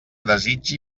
desitgi